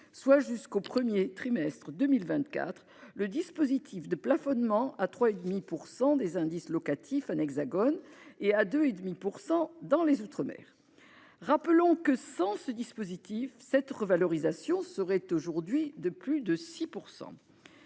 soit jusqu'au premier trimestre 2024, le dispositif de plafonnement à 3,5 % des indices locatifs dans l'Hexagone et à 2,5 % outre-mer. Rappelons que, sans ce dispositif, cette revalorisation serait aujourd'hui de plus de 6 %.